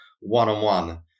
one-on-one